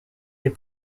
est